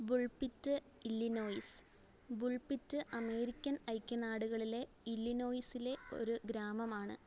Bulpitt Illinois Bulpitt American ഐക്യനാടുകളിലെ ഇല്ലിനോയിസിലെ ഒരു ഗ്രാമമാണ്